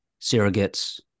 surrogates